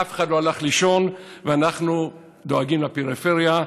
אף אחד לא הלך לישון, ואנחנו דואגים לפריפריה.